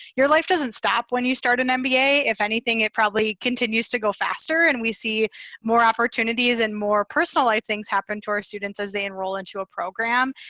your life doesn't stop when you start an mba, if anything, it probably continues to go faster and we see more opportunities and more personal life things happen to our students as they enroll into a program.